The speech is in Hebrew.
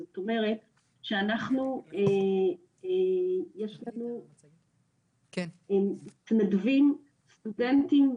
זאת אומרת שאנחנו יש לנו מתנדבים סטודנטית,